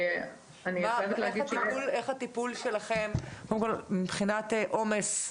איך מתנהל הטיפול שלכם מבחינת עומס?